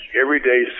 everyday